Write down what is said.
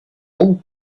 all